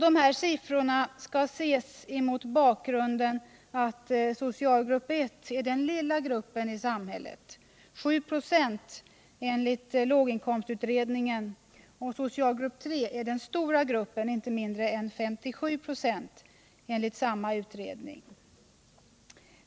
Dessa siffror skall ses mot bakgrunden att socialgrupp 1 är den lilla gruppen i samhället, 7 96 enligt låginkomstutredningen, och socialgrupp 3 den stora gruppen, inte mindre än 57 96 enligt samma utredning.